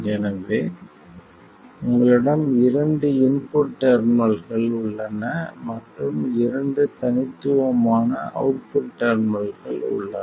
எனவே உங்களிடம் இரண்டு இன்புட் டெர்மினல்கள் உள்ளன மற்றும் இரண்டு தனித்துவமான அவுட்புட் டெர்மினல்கள் உள்ளன